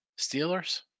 Steelers